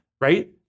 Right